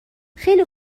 خیلی